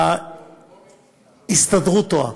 ההסתדרות טועה.